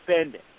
spending